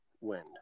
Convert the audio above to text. wind